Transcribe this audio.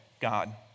God